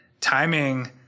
timing